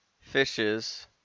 fishes